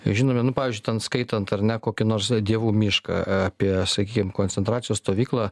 žinome nu pavyzdžiui ten skaitant ar ne kokį nors dievų mišką apie sakykim koncentracijos stovyklą